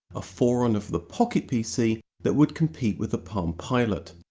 a forerunner of the pocket pc that would compete with the palm pilot.